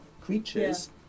creatures